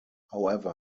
however